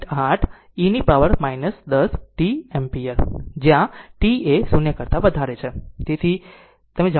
8 e ની power 10 t ampere માં t એ 0 કરતા વધારે છે